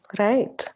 right